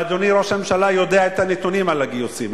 אדוני ראש הממשלה יודע את הנתונים על הגיוסים,